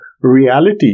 reality